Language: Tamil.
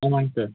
ஆமாங்க சார்